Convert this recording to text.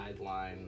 guideline